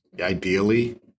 ideally